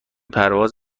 پرواز